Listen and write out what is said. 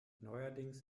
neuerdings